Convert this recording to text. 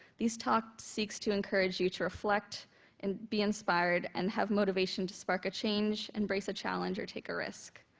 these talks seek to encourage you to reflect and be inspired and have motivation to spark a change and brace a challenge or take a risk.